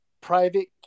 private